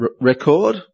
record